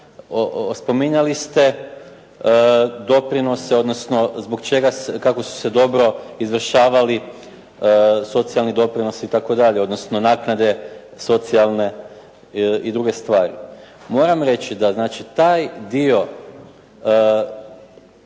spominjali ste doprinose, odnosno zbog čega su se dobro izvršavali socijalni doprinosi itd. odnosno naknade socijalne i druge stvari. Moram reći da je taj dio